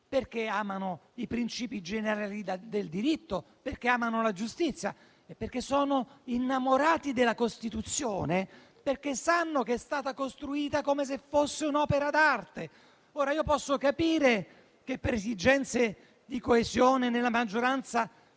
perché amano i princìpi generali del diritto, perché amano la giustizia e perché sono innamorati della Costituzione perché sanno che è stata costruita come se fosse un'opera d'arte. Posso capire che, per esigenze di coesione nella maggioranza,